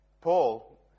Paul